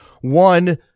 One